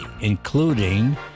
including